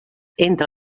entre